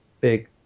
big